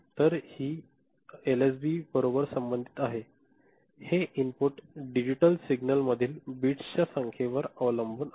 तर हे एलएसबी बरोबर संबंधित आहे हे इनपुट डिजिटल सिग्नल मधील बिट्सच्या संख्येवर अवलंबून आहे